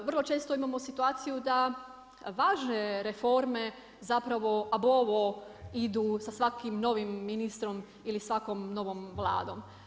Vrlo često imamo situaciju da važe reforme, zapravo … idu sa svakim novim ministrom ili svakom novom Vladom.